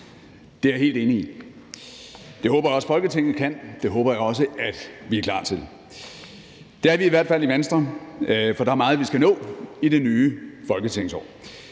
Det er jeg helt enig i. Det håber jeg også Folketinget kan, og det håber jeg at vi er klar til. Det er vi i hvert fald i Venstre, for der er meget, vi skal nå i det nye folketingsår.